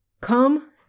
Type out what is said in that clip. Come